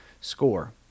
score